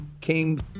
came